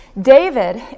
David